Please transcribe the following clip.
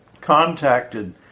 contacted